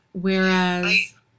Whereas